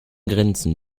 grenzen